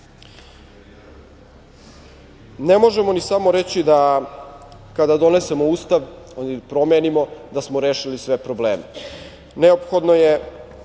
možemo ni samo reći da kada donesemo Ustav, odnosno promenimo, da smo rešili sve probleme. Neophodno je